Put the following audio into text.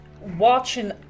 watching